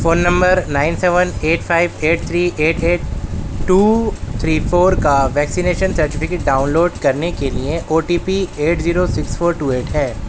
phone number nine seven eight five eight three eight eight two three four کا vaccination certificate download کرنے کے لیے O T P eight zero six four two eight ہے